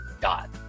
god